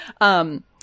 Um-